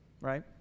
right